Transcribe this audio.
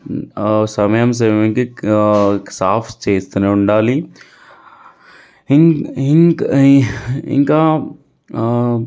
సమయం సమయంకి సాఫ్ చేస్తూనే ఉండాలి ఇంక ఇంకా ఇంకా